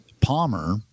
Palmer